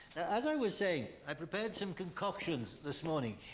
as i was saying. i prepared some concoctions this morning.